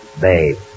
Babe